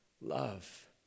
Love